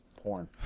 porn